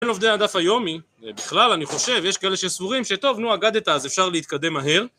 בין לומדי הדף היומי, בכלל, אני חושב, יש כאלה שסבורים שטוב, נו, אגדתא, אז אפשר להתקדם מהר.